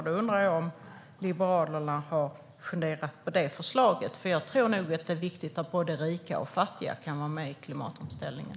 Jag undrar om Liberalerna har funderat på det förslaget? Jag tycker att det är viktigt att både rika och fattiga kan vara med i klimatomställningen.